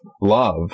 love